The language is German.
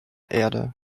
erde